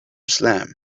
slam